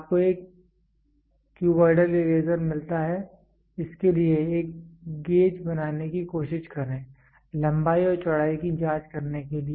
आपको एक cuboidal eraser मिलता है इसके लिए एक गेज बनाने की कोशिश करें लंबाई और चौड़ाई की जाँच करने के लिए